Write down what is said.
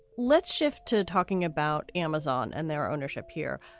let's shift to talking about amazon and their ownership here.